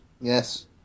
Yes